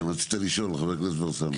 כן רצית לשאול, חבר הכנסת הרצנו.